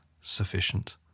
sufficient